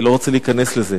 ואני לא רוצה להיכנס לזה,